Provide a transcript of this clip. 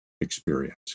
experience